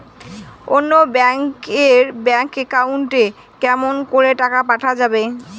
অন্য ব্যাংক এর bank account এ কেমন করে টাকা পাঠা যাবে?